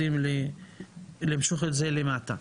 אומנם כדי ליישם אותה היא מחויבת להחלטת ממשלה ייעודית.